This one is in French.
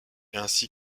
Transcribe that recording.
ainsi